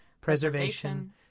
preservation